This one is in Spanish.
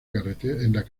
carrera